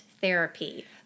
therapy